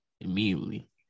immediately